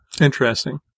Interesting